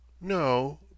No